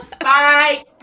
Bye